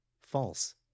False